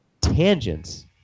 tangents